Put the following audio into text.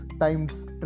Times